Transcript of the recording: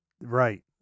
Right